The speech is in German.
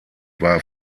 war